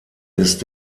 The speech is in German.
ist